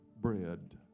bread